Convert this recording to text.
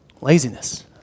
Laziness